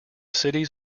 cities